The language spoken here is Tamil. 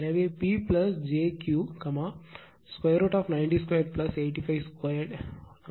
எனவே P j Q 2 √ 90 2 85 2 123